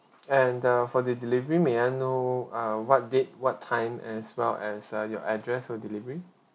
and uh for the delivery may I know uh what date what time as well as uh your address for delivery